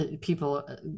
people